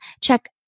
check